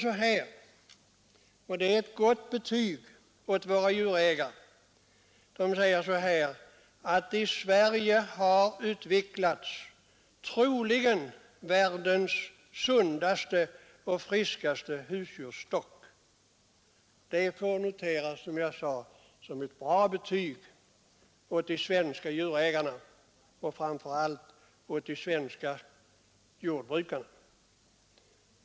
Förbundet säger där att i Sverige har utvecklats världens troligen sundaste och friskaste husdjursstock. Det får noteras som ett bra betyg åt de svenska djurägarna och framför allt åt de svenska jordbrukarna.